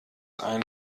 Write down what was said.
ein